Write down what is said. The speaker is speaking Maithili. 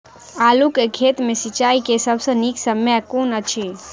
आलु केँ खेत मे सिंचाई केँ सबसँ नीक समय कुन अछि?